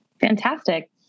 Fantastic